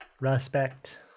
respect